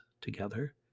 Together